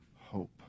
hope